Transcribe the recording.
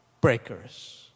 breakers